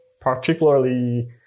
particularly